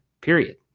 period